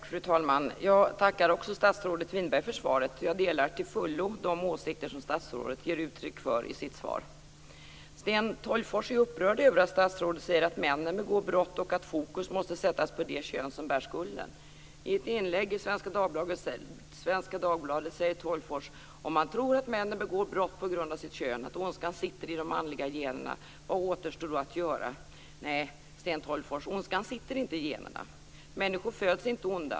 Fru talman! Också jag tackar statsrådet Winberg för svaret. Jag delar till fullo de åsikter som statsrådet i sitt svar ger uttryck för. Sten Tolgfors är upprörd över att statsrådet säger att männen begår brott och att fokus måste sättas på det kön som bär skulden. I ett inlägg i Svenska Dagbladet säger Tolgfors: "Om man tror att männen begår brott på grund av sitt kön, att ondskan sitter i de manliga generna - vad återstår då att göra?" Nej, Sten Tolgfors, ondskan sitter inte i generna. Människor föds inte onda.